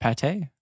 pate